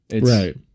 Right